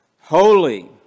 Holy